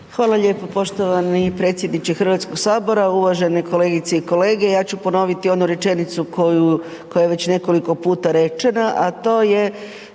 Hvala lijepo poštovani predsjedniče Hrvatskog sabora, uvažene kolegice i kolege ja ću ponoviti onu rečenicu koja je već nekoliko puta rečena, a to je